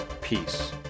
Peace